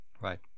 Right